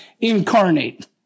incarnate